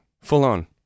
full-on